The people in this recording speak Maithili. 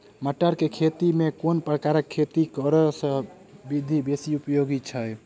मटर केँ खेती मे केँ प्रकार केँ खेती करऽ केँ विधि बेसी उपयोगी छै?